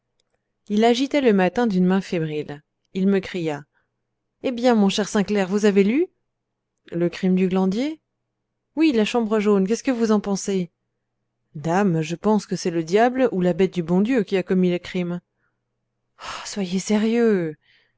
il agitait le matin d'une main fébrile il me cria eh bien mon cher sainclair vous avez lu le crime du glandier oui la chambre jaune qu'est-ce que vous en pensez dame je pense que c'est le diable ou la bête du bon dieu qui a commis le crime soyez sérieux